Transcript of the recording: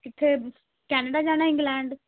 ਕਿੱਥੇ ਕੈਨੇਡਾ ਜਾਣਾ ਇੰਗਲੈਂਡ